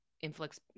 inflicts